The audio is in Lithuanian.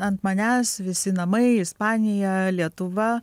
ant manęs visi namai ispanija lietuva